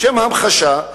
לשם המחשה,